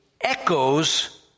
echoes